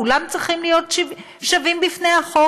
כולם צריכים להיות שווים בפני החוק.